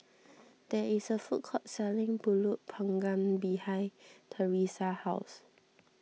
there is a food court selling Pulut Panggang behind Thresa's house